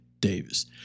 Davis